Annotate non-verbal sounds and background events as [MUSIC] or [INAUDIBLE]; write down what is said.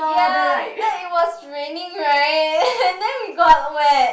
ya that it was raining right [LAUGHS] and then we got wet